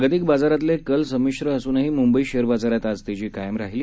जागतिक बाजारातले कल संमिश्र असूनही मुंबई शेअर बाजारात आज तेजी कायम राहिली